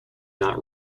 not